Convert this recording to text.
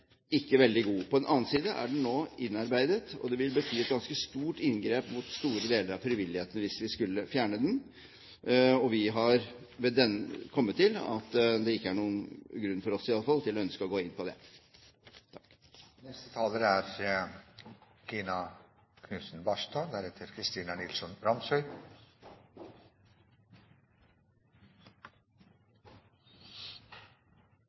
ikke veldig god. På den annen side er den nå innarbeidet, og det vil bety et ganske stort inngrep mot store deler av frivilligheten hvis vi skulle fjerne den. Vi har derfor kommet til at det ikke er noen grunn for oss å ønske å gå inn på det.